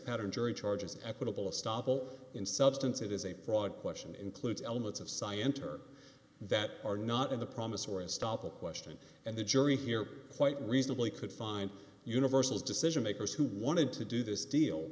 pattern jury charges equitable stoppel in substance it is a fraud question includes elements of scienter that are not in the promissory estoppel question and the jury here quite reasonably could find universal's decision makers who wanted to do this deal